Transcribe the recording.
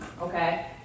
Okay